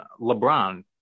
LeBron